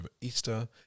Easter